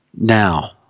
now